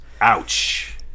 Ouch